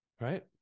Right